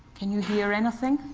can you hear anything?